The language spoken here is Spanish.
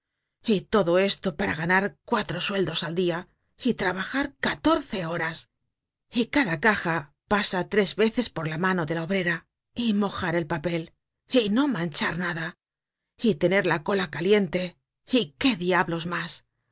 y todo esto para ganar cuatro sueldos al dia y trabajar catorce horas y cada caja pasa tres veces por la mano de la obrera y mojar el papel y no manchar nada y tener la cola caliente y qué diablos mas